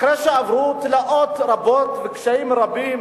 אחרי שעברו תלאות רבות וקשיים רבים